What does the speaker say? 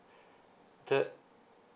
the